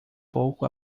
pouco